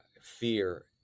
fear